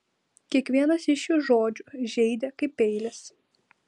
kiekvienas iš šių žodžių žeidė kaip peilis